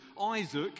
Isaac